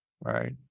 right